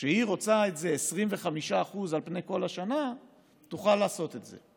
שהיא רוצה 25% על פני כל השנה תוכל לעשות זאת.